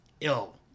ill